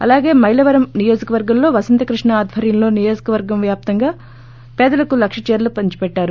అలాగే మైలవరం నియోజకవర్గంలో వసంత కృష్ణ ఆధ్వర్యంలో నియోజకవర్గం వ్యాప్తంగా పేదలకు లక్ష చీరలు పంచిపెట్టారు